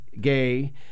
gay